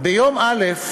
ביום א'